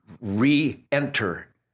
re-enter